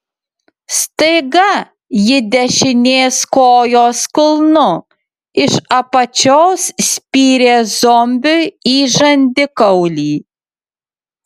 staiga ji dešinės kojos kulnu iš apačios spyrė zombiui į žandikaulį